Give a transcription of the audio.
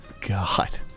God